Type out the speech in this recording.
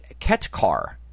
Ketkar